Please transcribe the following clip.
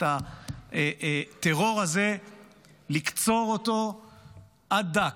את הטרור הזה לקצור עד דק,